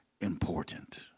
important